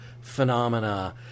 phenomena